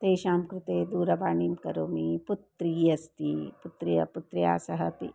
तेषां कृते दूरवाणीं करोमि पुत्री अस्ति पुत्री पुत्र्याः सह अपि